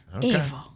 Evil